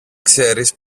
ξέρεις